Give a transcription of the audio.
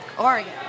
Oregon